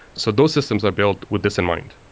so those systems are built with this in mind.